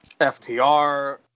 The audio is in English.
FTR